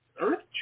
Earth